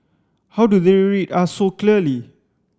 how do they read us so clearly